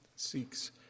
seeks